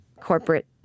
corporate